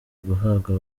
guhabwa